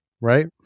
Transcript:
right